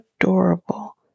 adorable